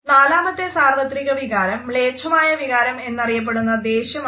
നാലാമത്തെ സാർവത്രിക വികാരം മ്ലേച്ഛമായ വികാരം എന്നറിയപ്പെടുന്ന ദേഷ്യമാണ്